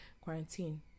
quarantine